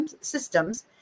systems